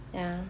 ya